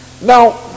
Now